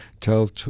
tell